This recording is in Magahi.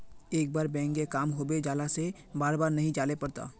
एक बार बैंक के काम होबे जाला से बार बार नहीं जाइले पड़ता?